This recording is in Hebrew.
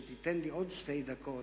ותן לי עוד שתי דקות,